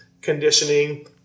conditioning